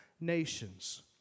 nations